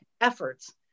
efforts